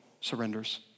surrenders